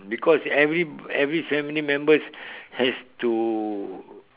because every every family members has to